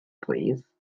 plîs